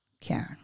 Karen